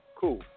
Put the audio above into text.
Cool